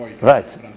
Right